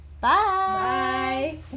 bye